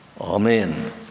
Amen